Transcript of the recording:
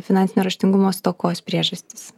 finansinio raštingumo stokos priežastis